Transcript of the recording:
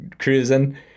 Cruising